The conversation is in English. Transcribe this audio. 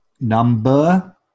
Number